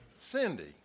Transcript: Cindy